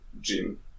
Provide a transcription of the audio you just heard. gym